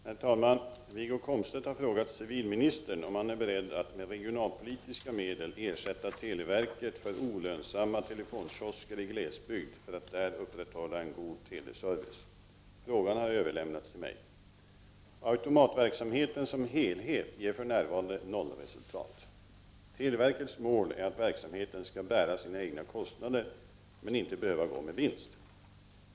Herr talman! Wiggo Komstedt har frågat civilministern om han är beredd att med regionalpolitiska medel ersätta televerket för olönsamma telefonkiosker i glesbygd för att där upprätthålla en god teleservice. Frågan har överlämnats till mig. Automatverksamheten som helhet ger för närvarande 0-resultat. Televerkets mål är att verksamheten skall bära sina egna kostnader men inte behöva gå med vinst.